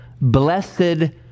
Blessed